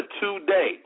today